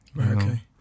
Okay